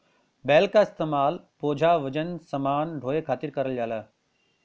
बैल क इस्तेमाल बोझा वजन समान ढोये खातिर करल जाला